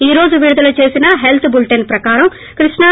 ఈ రోజు విడుదల చేసిన హెల్త్ బులెటిన్ ప్రకారం కృష్ణ